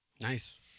nice